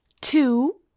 two